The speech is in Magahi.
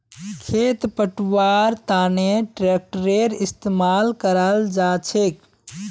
खेत पैटव्वार तनों ट्रेक्टरेर इस्तेमाल कराल जाछेक